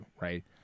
Right